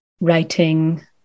writing